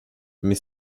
mais